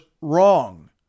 wrong